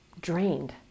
drained